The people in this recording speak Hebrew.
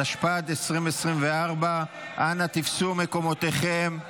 התשפ"ד 2024. אנא תפסו מקומותיכם.